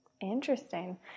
Interesting